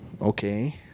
okay